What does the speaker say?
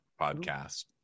podcast